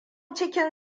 cikin